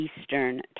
Eastern